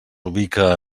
ubica